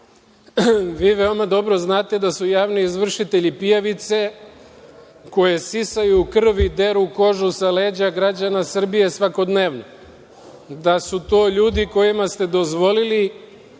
veoma dobro znate da su javni izvršitelji pijavice koje sisaju krv i deru kožu sa leđa građana Srbije svakodnevno, da su to ljudi kojima ste dozvolili